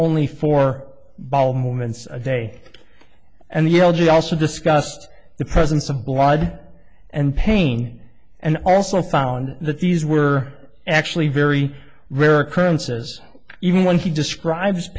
only four bowel movements a day and the l g also discussed the presence of blood and pain and also found that these were actually very rare occurrences even when he describes